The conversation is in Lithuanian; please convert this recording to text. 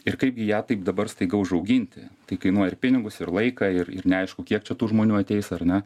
ir kaipgi ją taip dabar staiga užauginti tai kainuoja ir pinigus ir laiką ir ir neaišku kiek čia tų žmonių ateis ar na